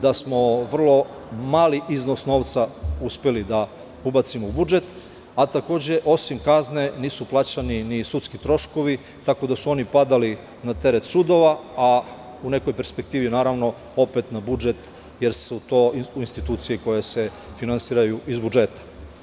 Da smo vrlo mali iznos novca uspeli da ubacimo u budžet, a takođe osim kazne nisu plaćeni ni sudski troškovi, tako da su oni padali teret sudova, a u nekoj perspektivi, naravno, opet na budžet jer su to institucije koje se finansiraju iz budžeta.